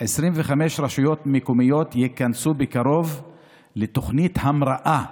"25 רשויות מקומיות ייכנסו בקרוב לתוכנית המראה,